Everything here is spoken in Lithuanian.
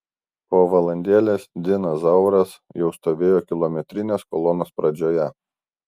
po valandėlės dinas zauras jau stovėjo kilometrinės kolonos pradžioje